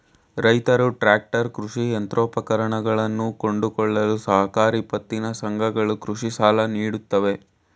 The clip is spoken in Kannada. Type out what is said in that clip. ರೈತ್ರು ಟ್ರ್ಯಾಕ್ಟರ್, ಕೃಷಿ ಯಂತ್ರೋಪಕರಣಗಳನ್ನು ಕೊಂಡುಕೊಳ್ಳಲು ಸಹಕಾರಿ ಪತ್ತಿನ ಸಂಘಗಳು ಕೃಷಿ ಸಾಲ ನೀಡುತ್ತವೆ